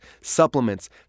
supplements